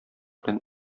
белән